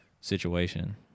situation